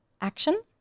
action